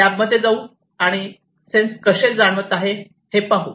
तर आपण लॅब मध्ये जाऊ आणि सेन्स कसे जाणवत आहे हे पाहू